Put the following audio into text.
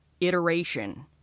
iteration